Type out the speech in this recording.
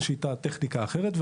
יש טכניקה אחרת,